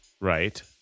Right